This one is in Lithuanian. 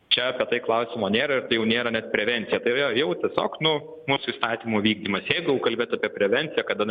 čia apie tai klausimo nėra ir tai jau nėra net prevencija tai yra jau tiesiog nu mūsų įstatymų vykdymas jeigu jau kalbėt apie prevenciją kada